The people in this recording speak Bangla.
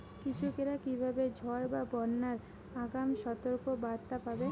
কৃষকেরা কীভাবে ঝড় বা বন্যার আগাম সতর্ক বার্তা পাবে?